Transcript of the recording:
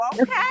okay